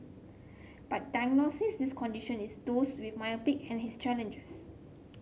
but diagnosing this condition in those with myopia and his challenges